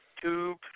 tube